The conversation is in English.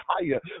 higher